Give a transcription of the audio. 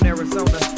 Arizona